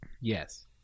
Yes